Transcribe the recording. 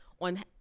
on